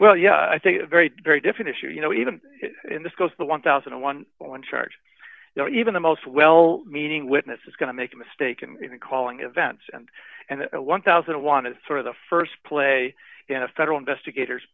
well yeah i think a very very different issue you know even in the scope of the one thousand and one or one charge you know even the most well meaning witness is going to make a mistake and calling events and and one thousand and one is sort of the st play in a federal investigators